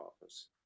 office